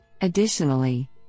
Additionally